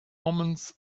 omens